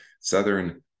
southern